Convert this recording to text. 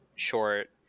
short